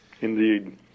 Indeed